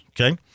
Okay